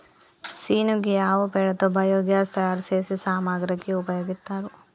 scene గీ ఆవు పేడతో బయోగ్యాస్ తయారు సేసే సామాగ్రికి ఉపయోగిత్తారు